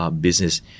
business